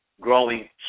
growing